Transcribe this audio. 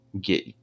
get